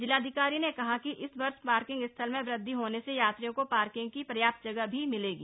जिलाधिकारी ने कहा कि इस वर्ष पार्किंग स्थल में वृद्वि होने से यात्रियों को पार्किंग की पर्याप्त जगह भी मिलेगी